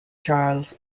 charles